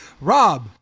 Rob